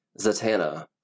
Zatanna